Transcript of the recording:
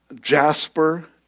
jasper